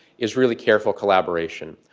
is really careful collaboration.